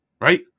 right